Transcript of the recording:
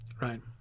right